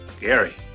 Gary